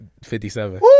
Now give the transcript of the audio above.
57